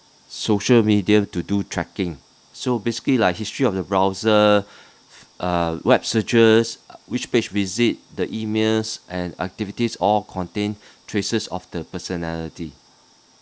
social media to do tracking so basically like history of the browser uh web searches which page visit the emails and activities all contain traces of the personality